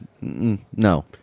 No